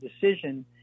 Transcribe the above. decision